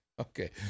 Okay